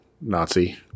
Nazi